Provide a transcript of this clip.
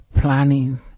planning